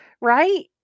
right